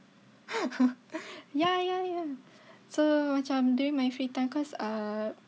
ya ya ya so macam during my free time cause ah